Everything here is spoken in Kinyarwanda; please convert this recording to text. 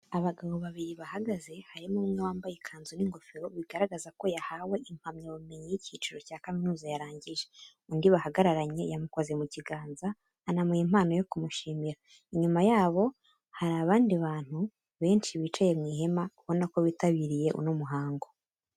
Abagabo babiri bahagaze, harimo umwe wambaye ikanzu n'ingofero bigaragaza ko yahawe impamyabumenyi y'icyiciro cya kaminuza yarangije. Undi bahagararanye yamukoze mu kiganza anamuha impano yo kumushimira. Inyuma yabo hari abandi bantu benshi bicaye mu ihema ubona ko bitabiriye uno muhango.